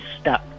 stuck